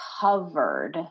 covered